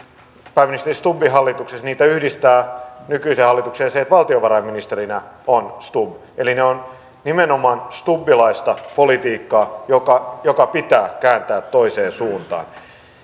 pääministeri stubbin hallituksessa yhdistää nykyiseen hallitukseen se että valtiovarainministerinä on stubb eli ne ovat nimenomaan stubbilaista politiikkaa joka joka pitää kääntää toiseen suuntaan